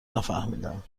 نفهمیدم